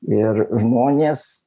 ir žmonės